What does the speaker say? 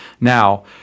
Now